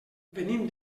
venim